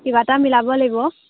কিবা এটা মিলাব লাগিব